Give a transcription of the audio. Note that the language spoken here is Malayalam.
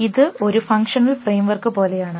ഇത് ഒരു ഫംഗ്ഷണൽ ഫ്രെയിംവർക്ക് പോലെയാണ്